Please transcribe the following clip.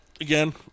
again